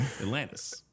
Atlantis